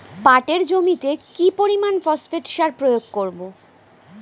পাটের জমিতে কি পরিমান ফসফেট সার প্রয়োগ করব?